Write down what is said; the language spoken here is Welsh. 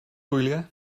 gwyliau